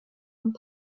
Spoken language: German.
und